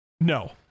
No